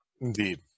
Indeed